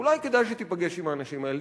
אולי כדאי שתיפגש עם האנשים האלה,